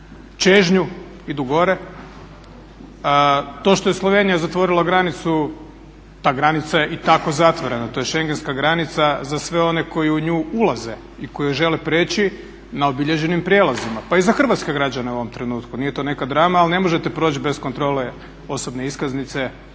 čežnju idu gore. To što je Slovenija zatvorila granicu ta granica je i tako zatvorena. To je Schengenska granica za sve one koji u nju ulaze i koji ju žele prijeći na obilježenim prijelazima pa i za hrvatske građane u ovom trenutku. Nije to neka drama, ali ne možete proći bez kontrole osobne iskaznice,